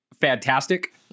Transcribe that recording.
fantastic